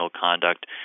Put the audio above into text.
conduct